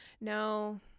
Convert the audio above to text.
No